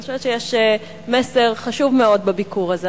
אני חושבת שיש מסר חשוב מאוד בביקור הזה.